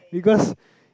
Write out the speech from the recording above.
because